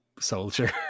soldier